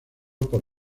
por